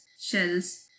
shells